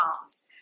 Moms